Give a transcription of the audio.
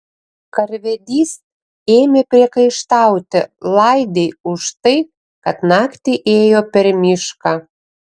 karvedys ėmė priekaištauti laidei už tai kad naktį ėjo per mišką